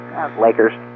Lakers